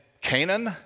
Canaan